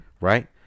Right